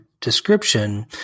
description